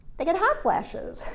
they get hot flashes.